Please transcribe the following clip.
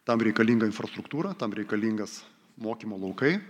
tam reikalinga infrastruktūra tam reikalingas mokymo laukai